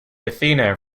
athena